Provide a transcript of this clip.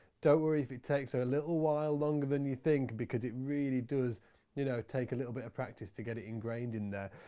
don't worry if it takes you a little while longer than you think, because it really does you know take a little bit of practice to get it ingrained in there.